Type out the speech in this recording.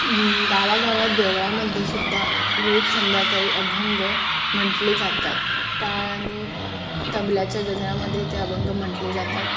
गावागावात देवळामध्ये सुद्धा रोज संध्याकाळी अभंग म्हटले जातात टाळ आणि तबल्याच्या गजरामध्ये ते अभंग म्हटले जातात